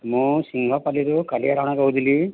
ମୁଁ ସିଂହପାଲ୍ଲୀରୁ କାଳିଆ ରଣା କହୁଥିଲି